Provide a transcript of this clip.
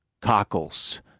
cockles